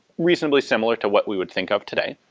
reasonably similar to what we would think of today,